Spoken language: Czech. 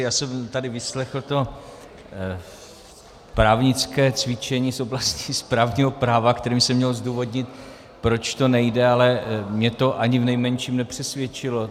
Já jsem tady vyslechl to právnické cvičení z oblasti správního práva, kterým se mělo zdůvodnit, proč to nejde, ale mně to ani v nejmenším nepřesvědčilo.